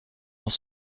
dans